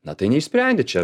na tai neišsprendi čia